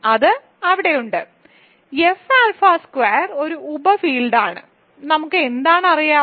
അത് അവിടെയുണ്ട് F alpha square ഒരു ഉപഫീൽഡാണ് നമുക്ക് എന്താണ് അറിയാവുന്നത്